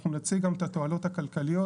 אנחנו נציג גם את התועלות הכלכליות.